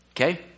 okay